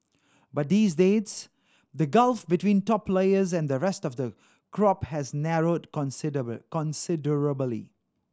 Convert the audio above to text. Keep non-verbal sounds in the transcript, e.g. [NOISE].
but these days the gulf between top layers and the rest of the crop has narrowed [UNINTELLIGIBLE] considerably